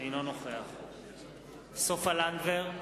אינו נוכח סופה לנדבר,